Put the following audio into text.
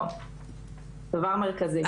או דבר מרכזי.